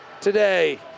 today